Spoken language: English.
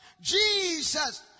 Jesus